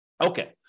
Okay